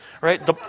right